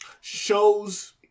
shows